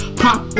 pop